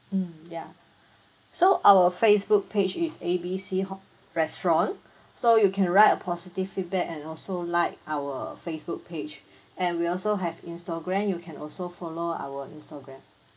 mm ya so our Facebook page is A B C ho~ restaurant so you can write a positive feedback and also like our Facebook page and we also have Instagram you can also follow our Instagram